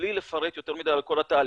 מבלי לפרט יותר מדי על כל התהליך,